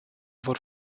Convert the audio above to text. vor